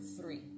three